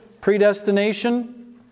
predestination